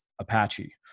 Apache